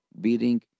beating